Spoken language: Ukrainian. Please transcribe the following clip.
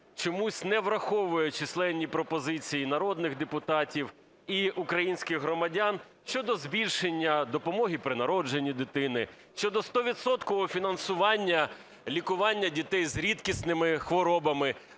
чомусь не враховує численні пропозиції і народних депутатів, і українських громадян щодо збільшення допомоги при народженні дитини, щодо стовідсоткового фінансування лікування дітей з рідкісними хворобами,